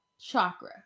chakra